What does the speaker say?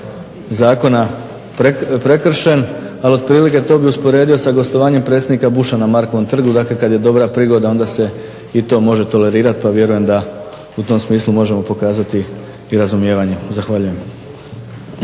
zakona prekršen, ali otprilike to bi usporedio sa gostovanjem predsjednika Busha na Markovom trgu, dakle kad je dobra prigoda onda se i to može tolerirati, pa vjerujem da u tom smislu možemo pokazati i razumijevanje. Zahvaljujem.